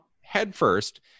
headfirst